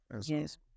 Yes